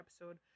episode